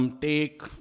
take